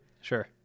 Sure